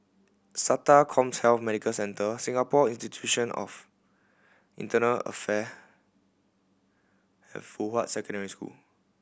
SATA CommHealth Medical Centre Singapore Institute of Affair Fuhua Secondary School